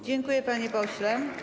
Dziękuję, panie pośle.